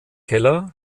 keller